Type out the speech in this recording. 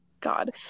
God